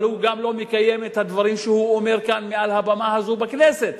אבל הוא גם לא מקיים את הדברים שהוא אומר כאן מעל הבמה הזאת בכנסת.